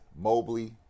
Mobley